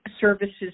services